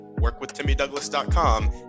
workwithtimmydouglas.com